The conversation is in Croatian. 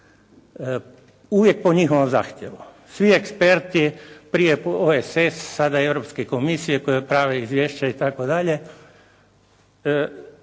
uvijek po njihovom zahtjevu. Svi eksperti, prije OESS, sada europske komisije koje prave izvješća itd.